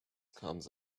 comes